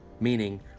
meaning